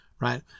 right